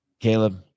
Caleb